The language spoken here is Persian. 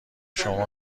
شما